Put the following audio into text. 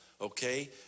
okay